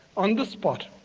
on the spot.